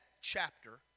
chapter